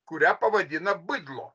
kurią pavadina bidlo